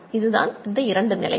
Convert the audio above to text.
இதுதான் இரண்டு நிலைகள்